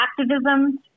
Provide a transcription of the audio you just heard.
activism